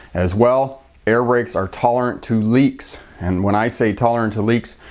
as well air brakes are tolerant to leaks and when i say tolerant to leaks,